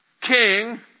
King